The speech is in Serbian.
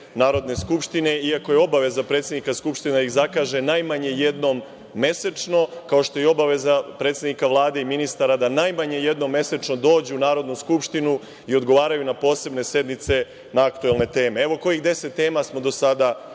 Narodne skupštine, iako je obaveza predsednika Skupštine da ih zakaže najmanje jednom mesečno, kao što je obaveza predsednika Vlade i ministara da najmanje jednom mesečno dođu u Narodnu skupštinu i odgovaraju na posebnoj sednici na aktuelne teme. Evo kojih 10 tema smo do sada